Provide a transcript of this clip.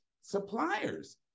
suppliers